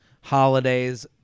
holidays